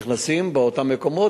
נכנסים באותם מקומות,